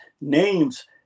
names